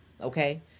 okay